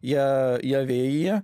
ja ja vėjyje